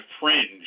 fringe